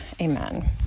Amen